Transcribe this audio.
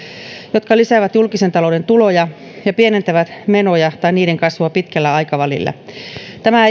jotka lisäävät julkisen talouden tuloja ja pienentävät menoja tai niiden kasvua pitkällä aikavälillä tämä